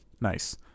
Nice